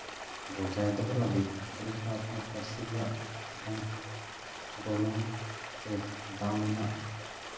ᱵᱚᱡᱟᱭ ᱫᱚᱦᱚ ᱞᱟᱹᱜᱤᱫ ᱡᱮᱞᱮᱠᱟ ᱟᱯᱱᱟᱨ ᱯᱟᱹᱨᱥᱤ ᱨᱮᱭᱟᱜ ᱢᱤᱫᱴᱟᱝ ᱜᱚᱱᱚᱝ ᱥᱮ ᱫᱟᱢ ᱟᱱᱟᱜ